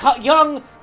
Young